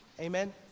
Amen